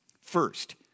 First